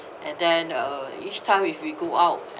and then uh each time if we go out